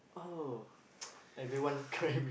oh